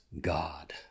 God